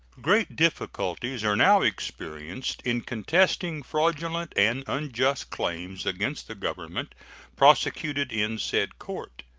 great difficulties are now experienced in contesting fraudulent and unjust claims against the government prosecuted in said court,